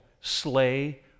slay